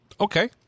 Okay